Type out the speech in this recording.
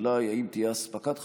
השאלה היא אם תהיה אספקת חשמל.